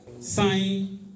sign